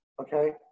Okay